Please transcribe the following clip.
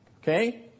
Okay